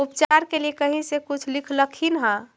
उपचार के लीये कहीं से कुछ सिखलखिन हा?